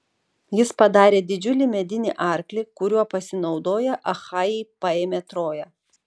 jis padarė didžiulį medinį arklį kuriuo pasinaudoję achajai paėmė troją